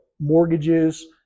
mortgages